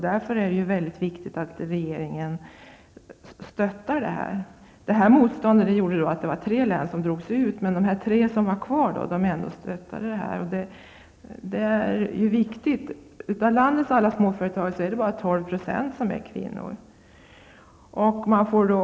Därför är det viktigt att regeringen stöder sådana här projekt. Moståndet från NUTEK gjorde att tre län drog sig ur, men de tre län som var kvar fick stöd. Av landets alla småföretagare är bara 12 % kvinnor.